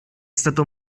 stato